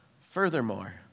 Furthermore